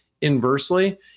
inversely